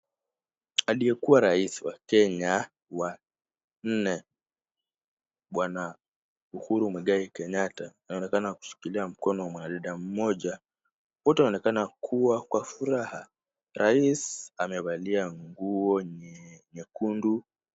Aliyekuwa rais wa Kenya wa nne bwana Uhuru Muigai Kenyatta, anaonekana kushikilia mkono wa mwanadada mmoja. Wote wanaonekana kuwa kwa furaha. Rais amevalia nguo nyekundu.